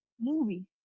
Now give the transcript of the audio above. movie